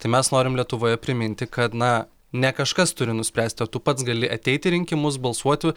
tai mes norim lietuvoje priminti kad na ne kažkas turi nuspręsti o tu pats gali ateiti į rinkimus balsuoti